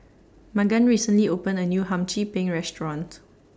Magan recently opened A New Hum Chim Peng Restaurant